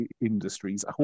industries